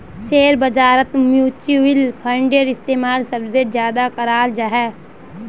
share बाजारत mutual फंडेर इस्तेमाल सबसे ज्यादा कराल जा छे